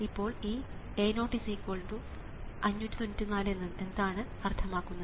ഇപ്പോൾ ഈ A0594 എന്താണ് അർത്ഥമാക്കുന്നത്